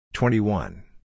Twenty-one